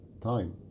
time